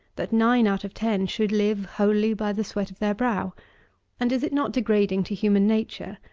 that nine out of ten should live wholly by the sweat of their brow and, is it not degrading to human nature,